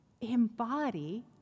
embody